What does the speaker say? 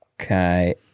Okay